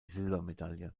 silbermedaille